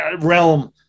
realm